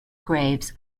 graves